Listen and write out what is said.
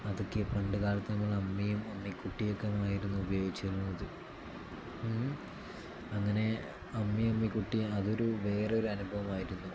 അതൊക്കെ പണ്ട് കാലത്ത് നമ്മൾ അമ്മിയും അമ്മി കുട്ടിയൊക്കെയുമായിരുന്നു ഉപയോഗിച്ചിരുന്നത് അങ്ങനെ അമ്മയും അമ്മ കുട്ടി അതൊരു വേറൊരു അനുഭവമായിരുന്നു